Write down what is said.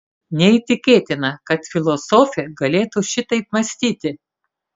neįtikėtina kad filosofė galėtų šitaip mąstyti